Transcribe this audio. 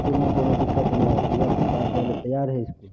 इसकुलमे कोनो दिक्कत नहि हइ धियापुता जाइ लए तैयार हइ इसकुल